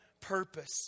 purpose